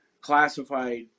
classified